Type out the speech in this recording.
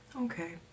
Okay